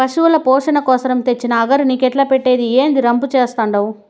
పశుల పోసణ కోసరం తెచ్చిన అగరు నీకెట్టా పెట్టేది, ఏందీ రంపు చేత్తండావు